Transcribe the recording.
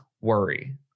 worry